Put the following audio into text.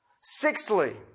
Sixthly